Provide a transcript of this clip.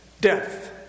Death